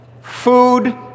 Food